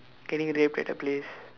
can we have better place